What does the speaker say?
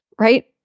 Right